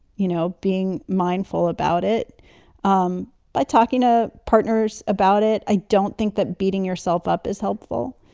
you know, being mindful about it um by talking to partners about it. i don't think that beating yourself up is helpful.